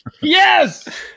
Yes